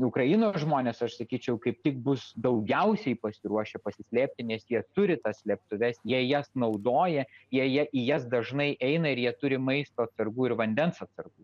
ukrainos žmones aš sakyčiau kaip tik bus daugiausiai pasiruošę pasislėpti nes jie turi tas slėptuves jie jas naudoja jie ja į jas dažnai eina ir jie turi maisto atsargų ir vandens atsargų